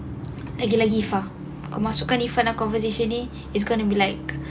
lagi lagi iffa kau masukkan iffa dalam conversation ini it's gonna be like